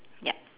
yup